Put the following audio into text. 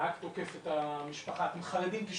הנהג תוקף את המשפחה: אתם חרדים,